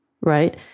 right